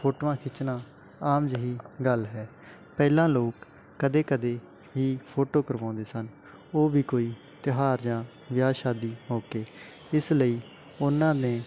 ਫੋਟੋਆਂ ਖਿੱਚਣਾ ਆਮ ਜਿਹੀ ਗੱਲ ਹੈ ਪਹਿਲਾਂ ਲੋਕ ਕਦੇ ਕਦੇ ਹੀ ਫੋਟੋ ਕਰਵਾਉਂਦੇ ਸਨ ਉਹ ਵੀ ਕੋਈ ਤਿਉਹਾਰ ਜਾਂ ਵਿਆਹ ਸ਼ਾਦੀ ਮੌਕੇ ਇਸ ਲਈ ਉਹਨਾਂ ਨੇ